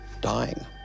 dying